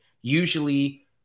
usually